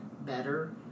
better